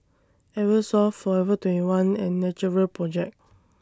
Eversoft Forever twenty one and Natural Project